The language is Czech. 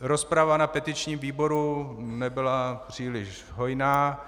Rozprava na petičním výboru nebyla příliš hojná.